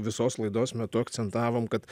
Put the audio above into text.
visos laidos metu akcentavom kad